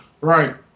Right